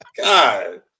God